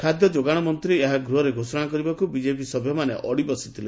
ଖାଦ୍ୟ ଯୋଗାଣ ମନ୍ତୀ ଏହା ଗୂହରେ ଘୋଷଣା କରିବାକୁ ବିଜେପି ସଦସ୍ୟମାନେ ଅଡି ବସିଥିଲେ